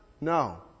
No